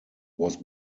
was